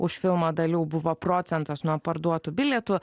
už filmą dalių buvo procentas nuo parduotų bilietų